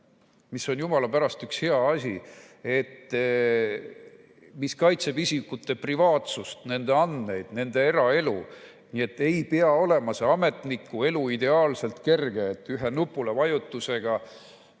mis on, jumala pärast, üks hea asi, mis kaitseb isikute privaatsust, nende andmeid, nende eraelu. Nii et ei pea olema see ametniku elu ideaalselt kerge, et ühe nupuvajutusega